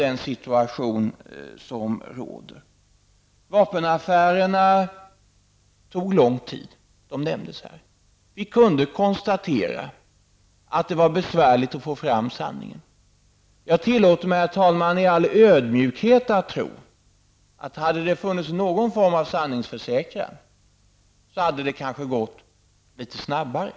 Det nämndes här att vapenaffärerna tog lång tid. Vi kunde konstatera att det var besvärligt att få fram sanningen. Jag tillåter mig, herr talman, i all ödmjukhet att tro att om det hade funnits någon form av sanningsförsäkran hade de kanske gått litet snabbare.